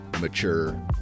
mature